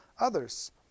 others